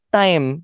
time